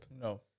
No